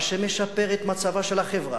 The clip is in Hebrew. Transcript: מה שמשפר את מצבה של החברה,